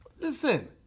listen